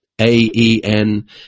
A-E-N